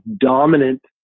dominant